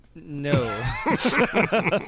No